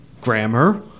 grammar